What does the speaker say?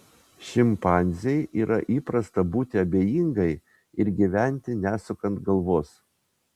šimpanzei yra įprasta būti abejingai ir gyventi nesukant galvos